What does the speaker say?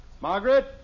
Margaret